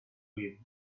with